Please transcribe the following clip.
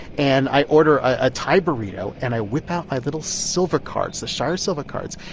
and i order a thai burrito. and i whip out my little silver cards, the shire silver cards.